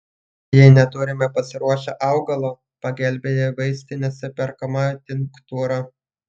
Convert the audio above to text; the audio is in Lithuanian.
jei neturime pasiruošę augalo pagelbėja vaistinėse perkama tinktūra